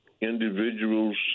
individuals